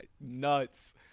nuts